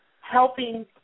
helping